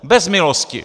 Bez milosti!